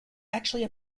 actually